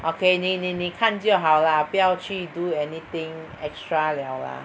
okay 你你你看就好 lah 不要去 do anything extra liao lah